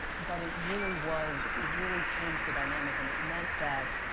but it really was it really changed the dynamic. and it meant that,